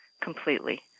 completely